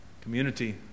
community